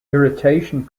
irritation